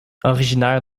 originaires